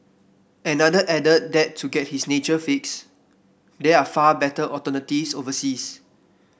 another added that to get his nature fix there are far better alternatives overseas